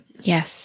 Yes